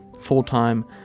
full-time